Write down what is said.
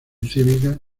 cívica